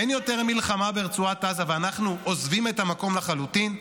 אין יותר מלחמה ברצועת עזה ואנחנו עוזבים את המקום לחלוטין?